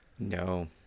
No